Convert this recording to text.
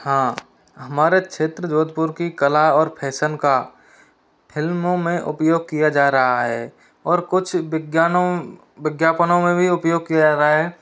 हाँ हमारे क्षेत्र जोधपुर की कला और फैशन का फिल्मों में उपयोग किया जा रहा है और कुछ विज्ञानों विज्ञापनों में भी उपयोग किया जा रहा है